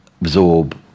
absorb